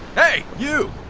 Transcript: hey! you!